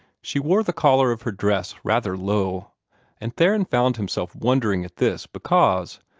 she wore the collar of her dress rather low and theron found himself wondering at this, because,